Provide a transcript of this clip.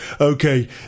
okay